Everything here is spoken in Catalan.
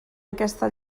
aquesta